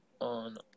on